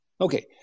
Okay